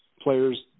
players